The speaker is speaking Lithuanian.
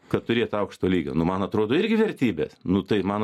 kad turėt aukšto lygio nu man atrodo irgi vertybės nu tai man